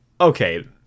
okay